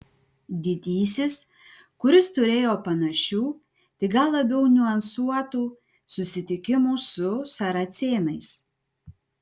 didysis kuris turėjo panašių tik gal labiau niuansuotų susitikimų su saracėnais